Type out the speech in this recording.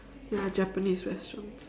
ya japanese restaurants